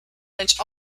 which